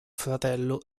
fratello